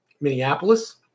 Minneapolis